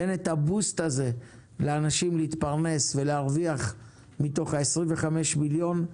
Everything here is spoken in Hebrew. תן את הדחיפה הזאת לאנשים כדי להתפרנס ולהרוויח מתוך ה-25,000,000 ₪.